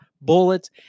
bullets